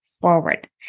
forward